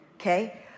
Okay